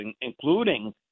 including